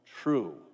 true